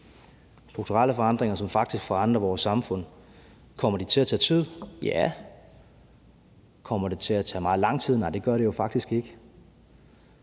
strukturelle forandringer, som faktisk forandrer vores samfund. Kommer de til at tage tid? Ja. Kommer det til at tage meget lang tid? Nej, det gør det jo faktisk ikke.